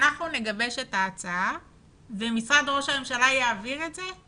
אנחנו נגבש את ההצעה ומשרד ראש הממשלה יעביר את זה?